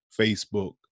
Facebook